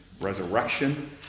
resurrection